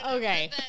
Okay